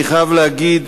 אני חייב להגיד,